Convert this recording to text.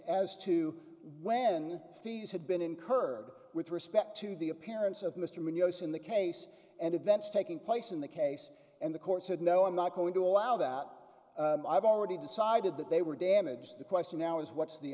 as to when fees had been incurred with respect to the appearance of mr munoz in the case and events taking place in the case and the court said no i'm not going to allow that but i've already decided that they were damaged the question now is what's the